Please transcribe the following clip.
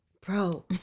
bro